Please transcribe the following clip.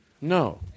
No